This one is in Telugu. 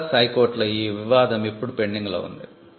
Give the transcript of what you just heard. మద్రాసు హైకోర్టులో ఈ వివాదం ఇప్పుడు పెండింగ్లో ఉంది